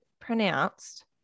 pronounced